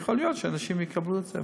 יכול להיות שאנשים יקבלו את זה,